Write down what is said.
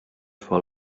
for